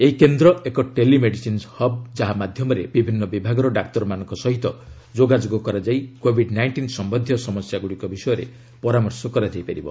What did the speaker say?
ଏହି କେନ୍ଦ୍ର ଏକ ଟେଲିମେଡିସିନ୍ ହବ୍ ଯାହା ମାଧ୍ୟମରେ ବିଭିନ୍ନ ବିଭାଗର ଡାକ୍ତରମାନଙ୍କ ସହ ଯୋଗାଯୋଗ କରାଯାଇ କୋଭିଡ୍ ନାଇଷ୍ଟିନ୍ ସମ୍ଭନ୍ଧୀୟ ସମସ୍ୟାଗ୍ରଡ଼ିକ ବିଷୟରେ ପରାମର୍ଶ କରାଯାଇ ପାରିବ